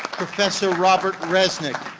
professor robert resnick.